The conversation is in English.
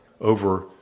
over